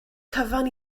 cyfan